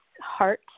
heart